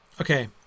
Okay